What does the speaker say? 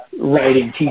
writing